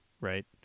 right